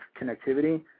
connectivity